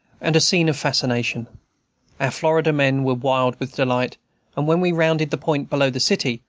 and a scene of fascination. our florida men were wild with delight and when we rounded the point below the city,